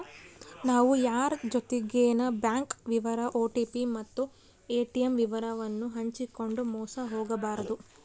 ನಾವು ಯಾರ್ ಜೊತಿಗೆನ ಬ್ಯಾಂಕ್ ವಿವರ ಓ.ಟಿ.ಪಿ ಮತ್ತು ಏ.ಟಿ.ಮ್ ವಿವರವನ್ನು ಹಂಚಿಕಂಡು ಮೋಸ ಹೋಗಬಾರದು